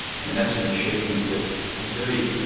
um and that's an achievement that has very